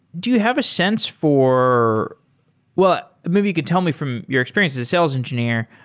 do you have a sense for well, maybe you could tell me from your experience as as sales engineer,